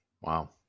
Wow